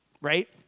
right